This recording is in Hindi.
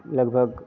लगभग